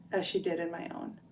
as she did in my own.